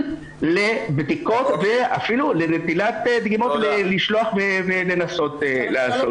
לבדיקות ואפילו לנטילת דגימה כדי לשלוח ולנסות לעשות.